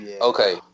Okay